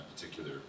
particular